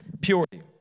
Purity